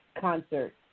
concert